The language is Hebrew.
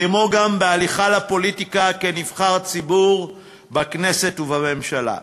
כמו גם בהליכה לפוליטיקה כנבחר הציבור בכנסת ובממשלה.